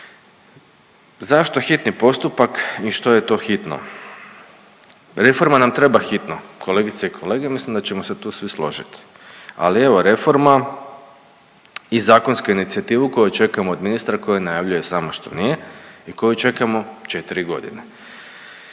Zašto hitni postupak i što je to hitno? Reforma nam treba hitno. Kolegice i kolegice mislim da ćemo se tu svi složiti. Ali evo reforma i zakonsku inicijativu koju čekamo od ministra koju najavljuje samo što nije i koju čekamo 4 godine.